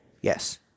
Yes